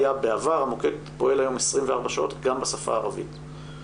שהמוקד פועל היום 24/7 גם בשפה הערבית,